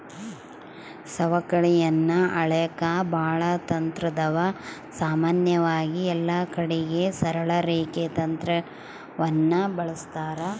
ಸವಕಳಿಯನ್ನ ಅಳೆಕ ಬಾಳ ತಂತ್ರಾದವ, ಸಾಮಾನ್ಯವಾಗಿ ಎಲ್ಲಕಡಿಗೆ ಸರಳ ರೇಖೆ ತಂತ್ರವನ್ನ ಬಳಸ್ತಾರ